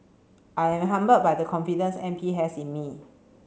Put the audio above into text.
I'm humbled by the confidence M P has in me